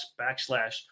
backslash